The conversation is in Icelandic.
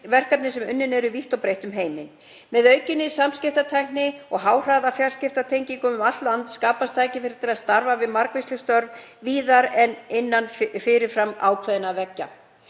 verkefni sem unnin eru vítt og breitt um heiminn. Með aukinni samskiptatækni og háhraðafjarskiptatengingu um allt land skapast tækifæri til að starfa við margvísleg störf víðar en innan fyrir fram ákveðinna veggja.